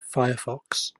firefox